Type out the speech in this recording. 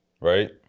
Right